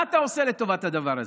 מה אתה עושה לטובת הדבר הזה?